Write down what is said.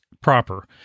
proper